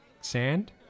sand